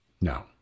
No